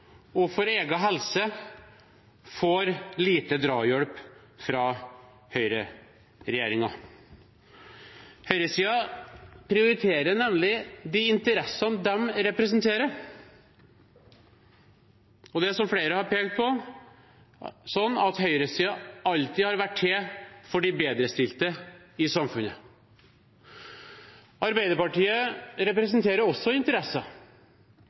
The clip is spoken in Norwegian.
og for egen helse, får lite drahjelp fra høyreregjeringen. Høyresiden prioriterer nemlig de interessene de representerer, og det er, som flere har pekt på, sånn at høyresiden alltid har vært til for de bedrestilte i samfunnet. Arbeiderpartiet representerer også interesser.